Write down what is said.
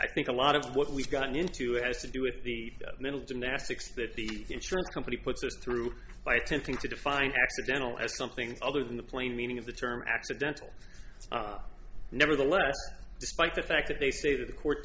i think a lot of what we've gotten into it has to do with the middle gymnastics that the insurance company puts us through by attempting to define accidental as something other than the plain meaning of the term accidental nevertheless despite the fact that they say that the court